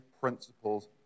principles